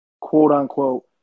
quote-unquote